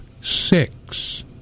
six